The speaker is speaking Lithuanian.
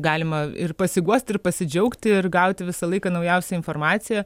galima ir pasiguost ir pasidžiaugti ir gauti visą laiką naujausią informaciją